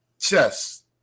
chess